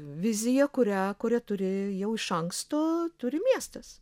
vizija kurią kurią turi jau iš anksto turi miestas